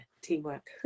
teamwork